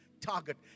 target